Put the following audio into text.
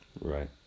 Right